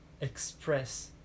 express